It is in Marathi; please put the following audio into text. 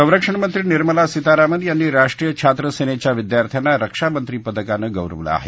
संरक्षणमंत्री निर्मला सीतारामन यांनी राष्ट्रीय छात्र सेनेच्या विद्यार्थ्यांना रक्षा मंत्री पदकानं गौरवलं आहे